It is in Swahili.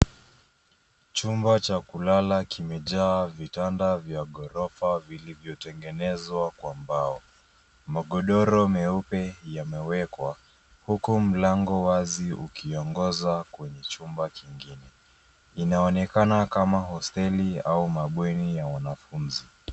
Chumba cha kulala kimejaa vitanda za ghorofa vilivyotengenezwa kwa mbao. Magodoro meupe yamewekwa huku mlango wazi ukiongoza kwenye chumba kingine. Inaonekana kama hosteli au mabweni ya wanafunzi.